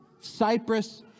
Cyprus